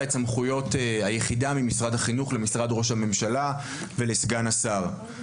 את סמכויות היחידה ממשרד החינוך למשרד ראש הממשלה ולסגן השר.